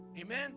Amen